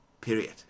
period